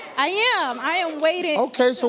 i am, i am waiting. okay, so